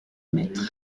mètre